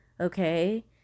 Okay